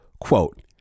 Quote